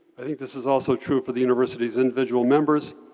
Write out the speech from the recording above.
i think this is also true for the university's individual members.